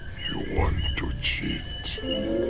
you want to cheat,